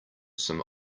some